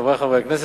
חברי חברי הכנסת,